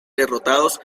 derrotados